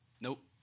nope